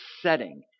setting